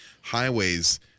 highways